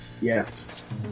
Yes